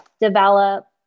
develop